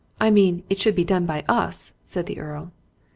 i mean it should be done by us, said the earl.